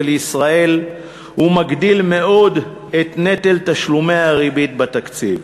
ישראל ומגדיל מאוד את נטל תשלומי הריבית בתקציב.